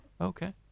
Okay